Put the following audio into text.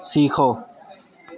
سیکھو